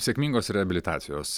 sėkmingos reabilitacijos